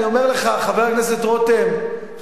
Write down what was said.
חבר הכנסת רותם,